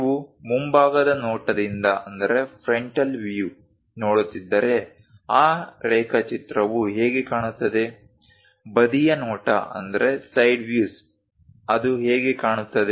ನೀವು ಮುಂಭಾಗದ ನೋಟದಿಂದ ನೋಡುತ್ತಿದ್ದರೆ ಆ ರೇಖಾಚಿತ್ರವು ಹೇಗೆ ಕಾಣುತ್ತದೆ ಬದಿಯ ನೋಟ ಅದು ಹೇಗೆ ಕಾಣುತ್ತದೆ